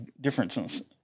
differences